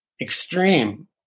extreme